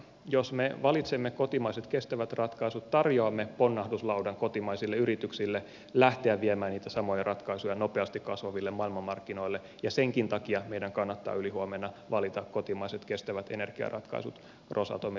jos me valitsemme kotimaiset kestävät ratkaisut tarjoamme ponnahduslaudan kotimaisille yrityksille lähteä viemään niitä samoja ratkaisuja nopeasti kasvaville maailmanmarkkinoille ja senkin takia meidän kannattaa ylihuomenna valita kotimaiset kestävät energiaratkaisut rosatomin reaktorin sijaan